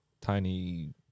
Tiny